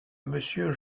monsieur